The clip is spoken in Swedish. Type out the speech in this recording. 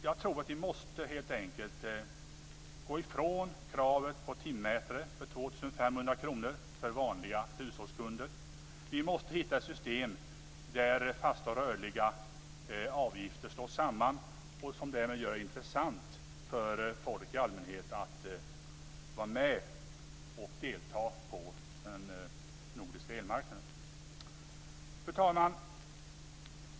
Jag tror helt enkelt att vi måste gå ifrån kravet på timmätare för 2 500 kr för vanliga hushållskunder. Vi måste hitta ett system där fasta och rörliga avgifter slås samman, så att det därmed blir intressant för folk i allmänhet att vara med och delta på den nordiska elmarknaden. Fru talman!